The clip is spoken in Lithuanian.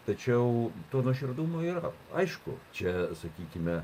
tačiau to nuoširdumo yra aišku čia sakykime